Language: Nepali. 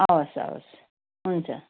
हवस् हवस् हुन्छ